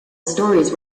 stories